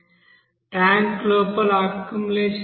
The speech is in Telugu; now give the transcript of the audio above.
ట్యాంక్ లోపల అక్యుములేషన్ ఏమిటి